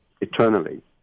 eternally